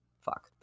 fuck